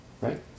Right